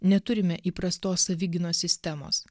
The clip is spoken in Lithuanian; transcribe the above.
neturime įprastos savigynos sistemos